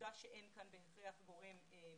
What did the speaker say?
ובעובדה שאין כאן בהכרח גורם מנחה.